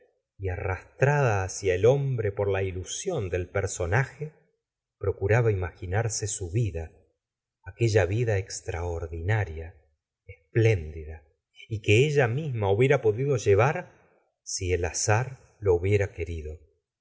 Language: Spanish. y arrastrada hacia el hombre por la ilusión del personaje procuraba iml ginarse su vida aquella vida extraordinaria espléndida y que ella misma hubiera podido llevar si el azar lo hubiera querido